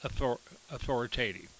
authoritative